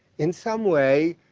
in some way,